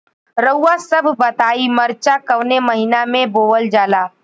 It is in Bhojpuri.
रउआ सभ बताई मरचा कवने महीना में बोवल जाला?